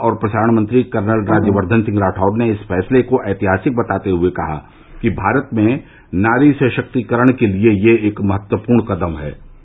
सूचना और प्रसारण मंत्री कर्नल राज्यवर्धन सिंह राठौर ने इस फैसले को ऐतिहासिक बताते हुए कहा कि भारत में नारी सशक्तिकरण के लिए यह एक महत्वपूर्ण कदम है